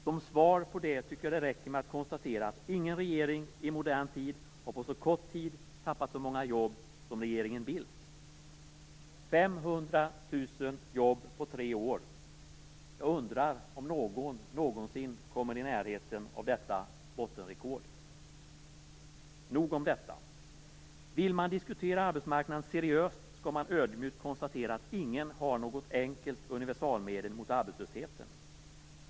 Som svar på det tycker jag att det räcker med att konstatera att ingen regering i modern tid på så kort tid har tappat så många jobb som regeringen Bildt: 500 000 färre jobb på tre år. Jag undrar om någon någonsin kommer i närheten av detta bottenrekord. - Nog om detta. Vill man diskutera arbetsmarknaden seriöst skall man ödmjukt konstatera att ingen har något enkelt universalmedel mot arbetslösheten.